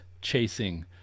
chasing